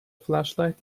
flashlight